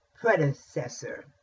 predecessor